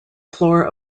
floor